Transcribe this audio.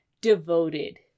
devoted